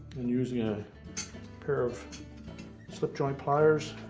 and using a pair of slip-joint pliers